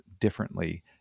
differently